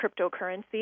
cryptocurrency